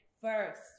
first